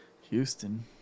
Houston